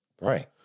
Right